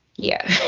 yeah.